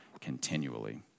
continually